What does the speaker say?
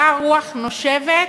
באה רוח, נושבת,